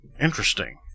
Interesting